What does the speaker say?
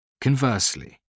conversely